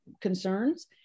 concerns